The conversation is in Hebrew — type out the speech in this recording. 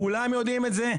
כולם יודעים את זה.